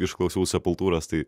išklausiau sepultūros tai